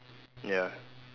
ya